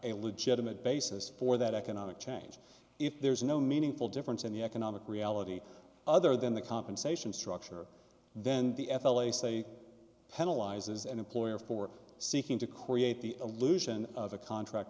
a legitimate basis for that economic change if there's no meaningful difference in the economic reality other than the compensation structure then the f l a c penalizes an employer for seeking to create the illusion of a contract